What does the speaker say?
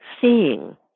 seeing